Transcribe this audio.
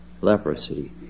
leprosy